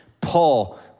Paul